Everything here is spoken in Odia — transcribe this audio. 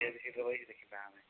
ଭି ଆଇ ପି ସିଟ୍ରେ ବସିକି ଦେଖିବା ଆମେ